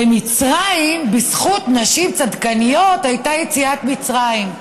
במצרים, בזכות נשים צדקניות הייתה יציאת מצרים.